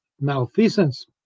malfeasance